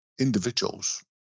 individuals